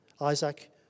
Isaac